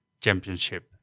championship